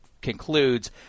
concludes